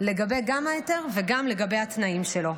גם לגבי ההיתר וגם לגבי התנאים שלו.